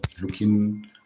looking